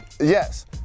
Yes